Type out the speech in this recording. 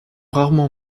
rarement